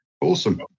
Awesome